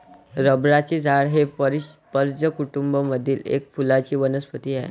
रबराचे झाड हे स्पर्ज कुटूंब मधील एक फुलांची वनस्पती आहे